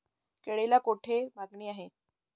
केळीला कोठे मागणी आहे?